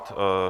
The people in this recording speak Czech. Ano.